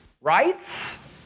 Rights